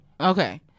Okay